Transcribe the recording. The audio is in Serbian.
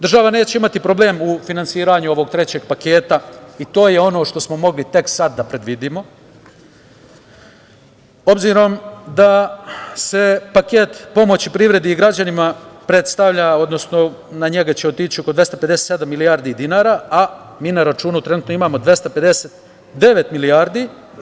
Država neće imati problem u finansiranju ovog trećeg paketa i to je ono što smo mogli tek sada da predvidimo, obzirom da se paket pomoći privredi i građanima predstavlja, odnosno na njega će otići oko 257 milijardi dinara, a mi na računu imamo 259 milijardi.